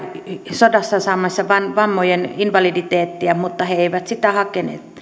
sodassa saamiensa vammojen invaliditeettia mutta he eivät sitä hakeneet